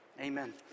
Amen